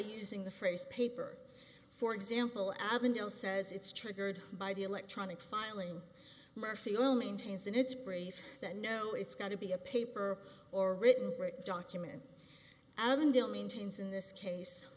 using the phrase paper for example avondale says it's triggered by the electronic filing murphy omitting tense in its brief that no it's got to be a paper or written document avondale maintains in this case